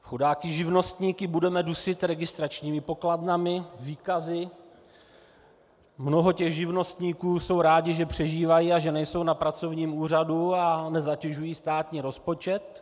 Chudáky živnostníky budeme dusit registračními pokladnami, výkazy, mnoho těch živnostníků je rádo, že přežívají a že nejsou na pracovním úřadu a nezatěžují státní rozpočet.